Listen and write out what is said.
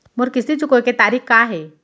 मोर किस्ती चुकोय के तारीक का हे?